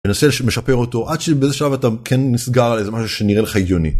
משפר אותו עד שבאיזשהו שלב אתה כן נסגר על איזה משהו שנראה לך הגיוני.